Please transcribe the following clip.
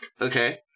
Okay